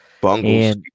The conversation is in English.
Bungles